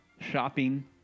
shopping